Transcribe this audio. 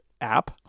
app